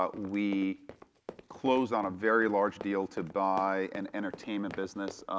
but we closed on a very large deal to buy an entertainment business,